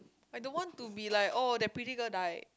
I don't want to be like oh that pretty girl died